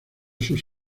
sus